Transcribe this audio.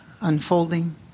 unfolding